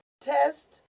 Test